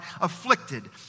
afflicted